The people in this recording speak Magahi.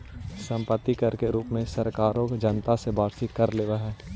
सम्पत्ति कर के रूप में सरकारें जनता से वार्षिक कर लेवेऽ हई